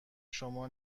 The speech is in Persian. شما